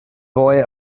boy